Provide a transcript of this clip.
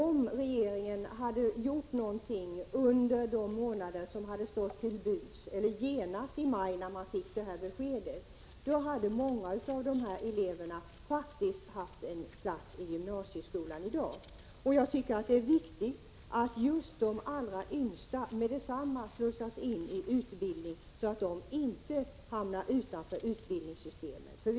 Om regeringen hade gjort någonting under de månader som stod till buds, eller genast i maj när man fick beskedet, hade många av dessa elever faktiskt haft en plats i gymnasieskolan i dag. Det är viktigt att just de allra yngsta med detsamma slussas in i utbildning, så att de inte hamnar utanför utbildningssystemet.